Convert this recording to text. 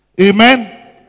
Amen